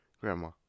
Grandma